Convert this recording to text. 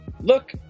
look